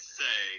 say